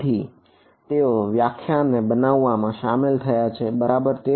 તેથી તેઓ આ વ્યાખ્યા ને બનાવવા માં શામેલ થયા છે બરાબર